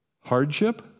hardship